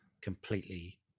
completely